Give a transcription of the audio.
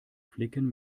flicken